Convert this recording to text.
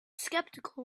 skeptical